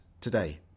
today